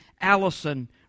Allison